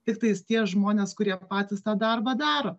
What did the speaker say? tiktais tie žmonės kurie patys tą darbą daro